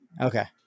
Okay